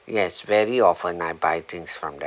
yes very often I buy things from them